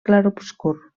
clarobscur